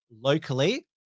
locally